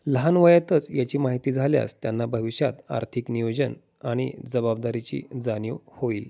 लहान वयातच याची माहिती झाल्यास त्यांना भविष्यात आर्थिक नियोजन आणि जबाबदारीची जाणीव होईल